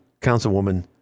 Councilwoman